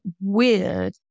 weird